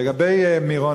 לגבי מירון,